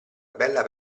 bella